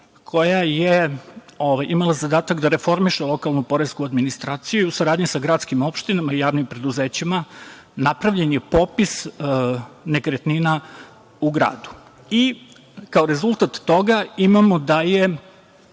koja je imala zadatak da reformiše lokalnu poresku administraciju i u saradnji sa gradskim opštinama i javnim preduzećima napravljen je popis nekretnina u gradu. Kao rezultat toga imamo da je